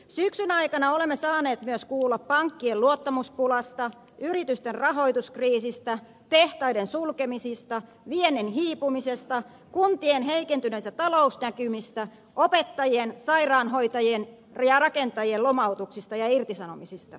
syksyn aikana olemme saaneet myös kuulla pankkien luottamuspulasta yritysten rahoituskriisistä tehtaiden sulkemisista viennin hiipumisesta kuntien heikentyneistä talousnäkymistä opettajien sairaanhoitajien ja rakentajien lomautuksista ja irtisanomisista